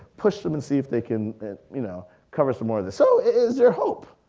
push them and see if they can and you know cover some more of this. so is there hope?